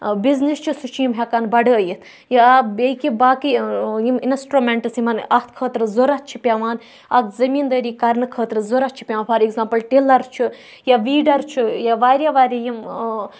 business چھُ سُہ چھِ یِم ہٮ۪کان بَڈٲوِتھ یا بیٚیہِ کہِ باقٕے یِم اِنَسٹرٛوٗمٮ۪نٛٹٕس یِمَن اَتھ خٲطرٕ ضروٗرت چھِ پٮ۪وان اَکھ زٔمیٖنٛدٲری کَرنہٕ خٲطرٕ ضروٗرت چھِ پٮ۪وان فار ایٚگزامپُل ٹِلَر چھُ یا ویٖڈَر چھُ یا واریاہ واریاہ یِم